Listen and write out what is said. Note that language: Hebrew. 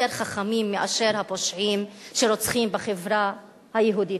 יותר חכמים מהפושעים שרוצחים בחברה היהודית,